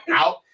out